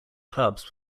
clubs